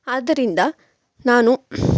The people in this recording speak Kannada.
ಆದ್ದರಿಂದ ನಾನು